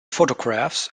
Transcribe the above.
photographs